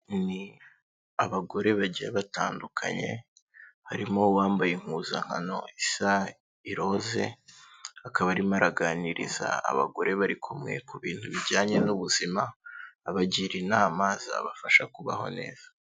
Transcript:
Ni abagore bagiye batandukanye, harimo uwambaye impuzankano isa iroze, akaba arimo araganiriza abagore bari kumwe, ku bintu bijyanye n'ubuzima, abagira inama zabafasha kubaho neza.